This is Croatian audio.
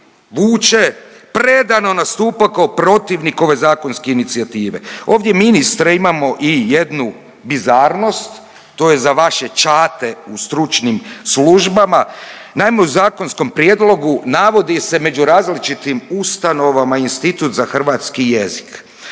Vuče, predano nastupa kao protivnikove zakonske inicijative. Ovdje ministre imamo i jednu bizarnost, to je za vaše ćate u stručnim službama. Naime, u zakonskom prijedlogu navodi se među različitim ustanovama Institut za hrvatski jezik,